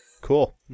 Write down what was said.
Cool